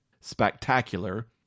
spectacular